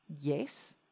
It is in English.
Yes